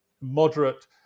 moderate